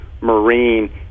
marine